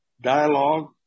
dialogue